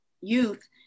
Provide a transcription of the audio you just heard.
youth